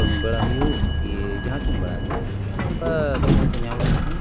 ᱠᱟ ᱢᱤ ᱵᱟᱲᱟ ᱦᱩᱭᱩᱜ ᱠᱤ ᱡᱟᱦᱟᱸ ᱛᱤᱱ ᱵᱟᱲᱟᱜᱮ ᱢᱟᱱᱮ ᱚᱝᱠᱟ ᱥᱚᱢᱚᱭᱠᱚ ᱧᱟᱢ ᱞᱮᱱᱞᱷᱟᱱ